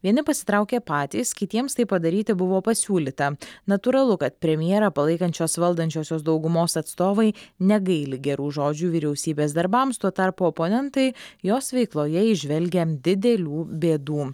vieni pasitraukė patys kitiems tai padaryti buvo pasiūlyta natūralu kad premjerą palaikančios valdančiosios daugumos atstovai negaili gerų žodžių vyriausybės darbams tuo tarpu oponentai jos veikloje įžvelgia didelių bėdų